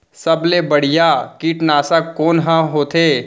सबले बढ़िया कीटनाशक कोन ह होथे?